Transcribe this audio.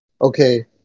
okay